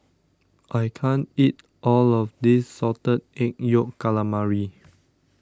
I can't eat all of this Salted Egg Yolk Calamari